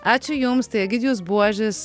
ačiū jums tai egidijus buožis